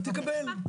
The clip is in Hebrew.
תקבל.